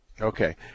Okay